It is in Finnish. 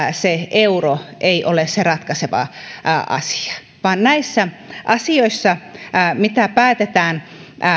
euro ei ole se ratkaiseva asia vaan näissä asioissa mitä päätetään